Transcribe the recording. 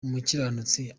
umukiranutsi